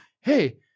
hey